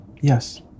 yes